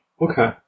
Okay